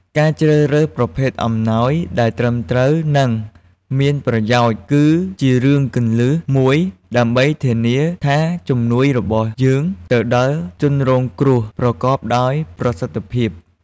ការជ្រើសរើសប្រភេទអំណោយដែលត្រឹមត្រូវ និងមានប្រយោជន៍ គឺជារឿងគន្លឹះមួយ ដើម្បីធានាថាជំនួយរបស់យើងទៅដល់ជនរងគ្រោះប្រកបដោយប្រសិទ្ធភាព។